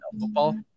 Football